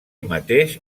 mateix